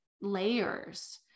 layers